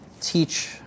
teach